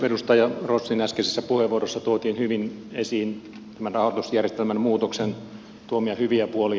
edustaja rossin äskeisessä puheenvuorossa tuotiin hyvin esiin tämän rahoitusjärjestelmän muutoksen tuomia hyviä puolia